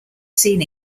seen